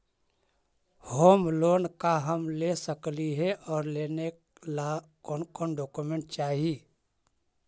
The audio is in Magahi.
होम लोन का हम ले सकली हे, और लेने ला कोन कोन डोकोमेंट चाही?